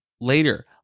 later